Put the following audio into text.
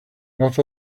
not